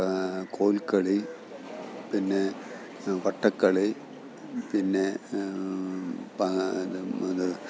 കോൽക്കളി പിന്നെ വട്ടക്കളി പിന്നെ പാ